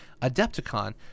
Adepticon